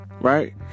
right